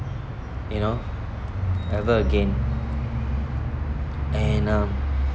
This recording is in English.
you know ever again and um